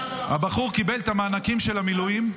הבחור קיבל את המענקים של המילואים,